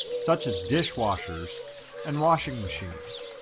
such as dishwashers and washing machines.